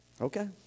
Okay